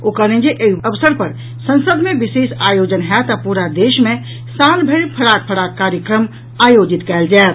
ओ कहलनि जे एहि अवसर पर संसद मे विशेष आयोजन होयत आ पूरा देश मे साल भरि फराक फराक कार्यक्रम आयोजित कयल जायत